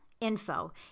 info